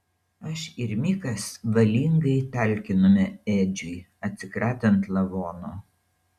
aš ir mikas valingai talkinome edžiui atsikratant lavono